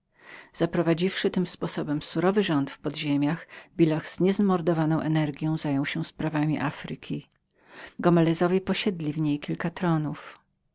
zaprowadziwszy tym sposobem surowy rząd w podziemiach billah z niezmordowaną czynnością zajął się sprawami afryki gomelezowie posiedli w niej kilka tronów